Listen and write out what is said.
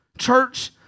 church